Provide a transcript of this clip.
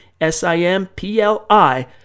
S-I-M-P-L-I